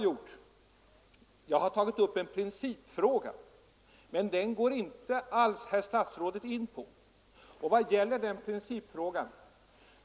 Jag har tagit upp en principfråga, men den går herr statsrådet inte alls in på. Vad gäller då den principfrågan?